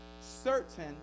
Certain